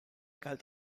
galt